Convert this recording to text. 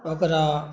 ओकरा